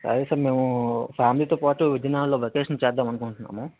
అదే సార్ మేము ఫ్యామిలీతో పాటు విజయనగరంలో వెకేషన్ చేద్దామని అనుకుంటున్నాము